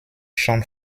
schon